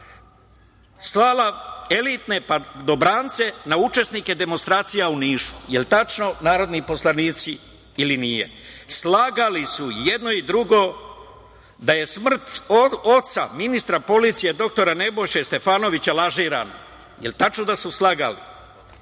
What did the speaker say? slala elitne padobrance na učesnike demonstracija u Nišu. Da li je tačno, narodni poslanici, ili nije? Slagali su i jedno i drugo da je smrt oca ministra policije dr Nebojše Stefanovića lažirana. Da li je tačno da su slagali?